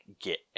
get